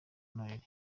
noheli